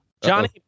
Johnny